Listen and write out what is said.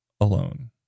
alone